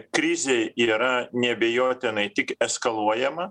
krizė yra neabejotinai tik eskaluojama